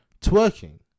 twerking